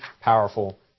powerful